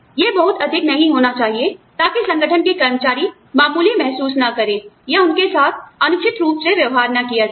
यह बहुत अधिक नहीं होना चाहिए ताकि संगठन के कर्मचारी मामूली महसूस न करें या उनके साथ अनुचित रूप से व्यवहार किया जाए